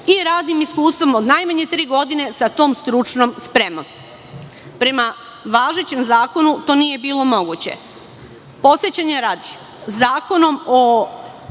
i radnim iskustvom od najmanje tri godine sa tom stručnom spremom. Prema važećem zakonu to nije bilo moguće. Podsećanja radi, Zakonom o